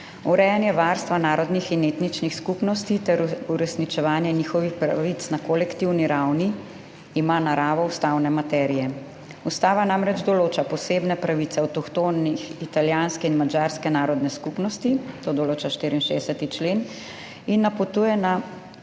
»Urejanje varstva narodnih in etničnih skupnosti ter uresničevanja njihovih pravic na kolektivni ravni ima naravo ustavne materije. Ustava namreč določa posebne pravice avtohtonih italijanske in madžarske narodne skupnosti,« to določa 64. člen, »in napotuje na